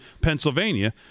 Pennsylvania